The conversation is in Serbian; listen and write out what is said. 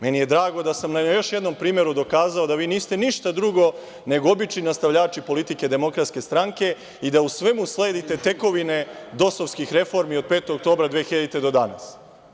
Meni je drago da sam na još jednom primeru dokazao da vi niste ništa drugo, nego obični nastavljači politike DS i da u svemu sledite tekovine dosovskih reformi od 5. oktobra 2000. do danas.